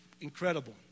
incredible